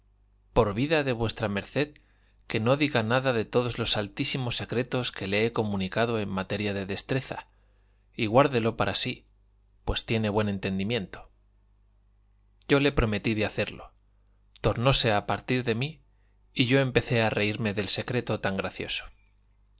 por vida de v md que no diga nada de todos los altísimos secretos que le he comunicado en materia de destreza y guárdelo para sí pues tiene buen entendimiento yo le prometí de hacerlo tornóse a partir de mí y yo empecé a reírme del secreto tan gracioso